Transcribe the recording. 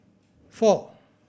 four